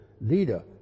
leader